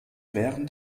während